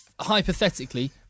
Hypothetically